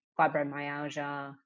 fibromyalgia